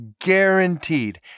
guaranteed